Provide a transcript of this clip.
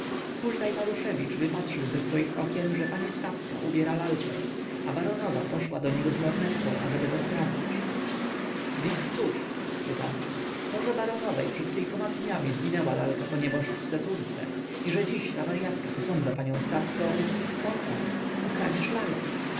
adwokatem hultaj maruszewicz wypatrzył ze swych okien że pani stawska ubiera lalkę a baronowa poszła do niego z lornetką ażeby to sprawdzić więc i cóż pytam to że baronowej przed kilkoma dniami zginęła lalka po nieboszczce córce i że dziś ta waryatka posądza panią stawską o co o kradzież lalki